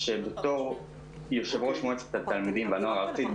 בתור יושב-ראש מועצת התלמידים והנוער הארצית,